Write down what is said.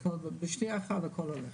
בשנייה אחת הכל הולך.